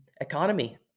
economy